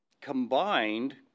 combined